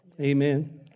Amen